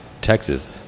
Texas